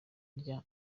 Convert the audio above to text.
rya